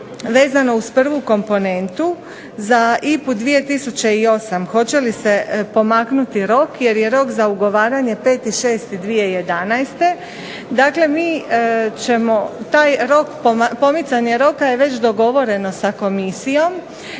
vezano uz prvu komponentu za IPA-u 2008. hoće li se pomaknuti rok jer je rok za ugovaranje 5.06.2011. Dakle, mi ćemo taj rok, pomicanje roka je već dogovoreno sa komisijom